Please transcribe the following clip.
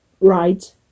Right